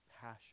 passion